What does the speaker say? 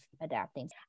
adapting